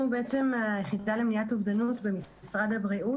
היחידה למניעת אובדנות במשרד הבריאות,